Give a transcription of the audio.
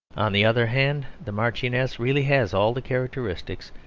on the other hand the marchioness really has all the characteristics,